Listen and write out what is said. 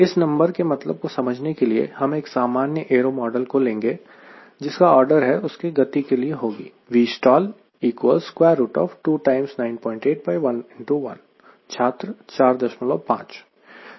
इस नंबर के मतलब को समझने के लिए हम एक सामान्य एरो मॉडल का लेंगे जिसका आर्डर है उसके लिए गति होगी छात्र 45 45 ms